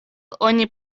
oni